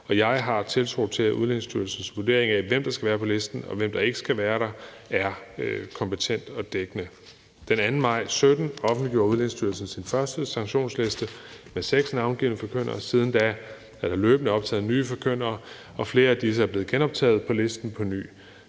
og jeg har tiltro til, at Udlændingestyrelsens vurdering af, hvem der skal være på listen, og hvem der ikke skal være der, er kompetent og dækkende. Den 2. maj 2017 offentliggjorde Udlændingestyrelsens sin første sanktionsliste med seks navngivne forkyndere. Siden da er der løbende optaget nye forkyndere, og flere af disse er blevet genoptaget på listen på ny.